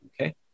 Okay